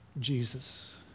Jesus